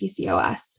PCOS